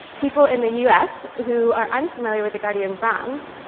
people in the us who are unfamiliar with the guardian brand,